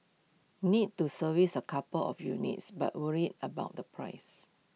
need to service A couple of units but worried about the price